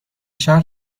شهر